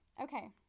okay